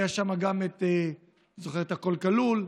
היה שם את "הכול כלול",